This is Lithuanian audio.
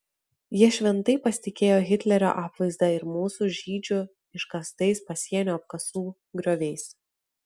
jie šventai pasitikėjo hitlerio apvaizda ir mūsų žydžių iškastais pasienio apkasų grioviais